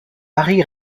harry